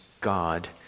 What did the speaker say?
God